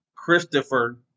Christopher